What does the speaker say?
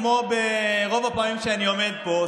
כמו ברוב הפעמים שאני עומד פה,